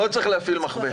לא צריך להפעיל מכבש.